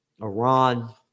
Iran